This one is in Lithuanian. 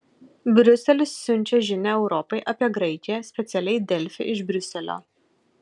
briuselis siunčia žinią europai apie graikiją specialiai delfi iš briuselio